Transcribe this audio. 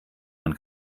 man